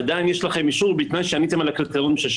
עדיין יש לכם אישור בתנאי שעניתם על הקריטריונים.